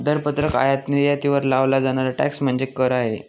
दरपत्रक आयात निर्यातीवर लावला जाणारा टॅक्स म्हणजे कर आहे